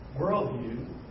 worldview